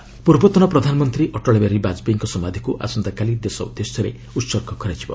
ଅଟଳ ସମାଧ ପୂର୍ବତନ ପ୍ରଧାନମନ୍ତ୍ରୀ ଅଟଳ ବିହାରୀ ବାଜପେୟୀଙ୍କର ସମାଧିକୁ ଆସନ୍ତାକାଲି ଦେଶ ଉଦ୍ଦେଶ୍ୟରେ ଉତ୍ସର୍ଗ କରାଯିବ